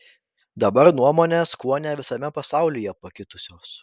dabar nuomonės kuone visame pasaulyje pakitusios